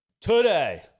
today